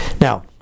Now